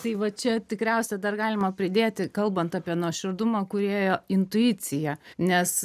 tai va čia tikriausiai dar galima pridėti kalbant apie nuoširdumą kūrėjo intuicija nes